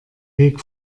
weg